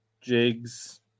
jigs